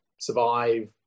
survive